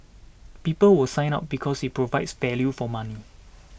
people will sign up because it provides value for money